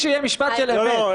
אבל תנסי שיהיה משפט של אמת,